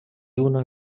una